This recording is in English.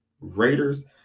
Raiders